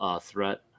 threat